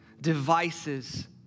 devices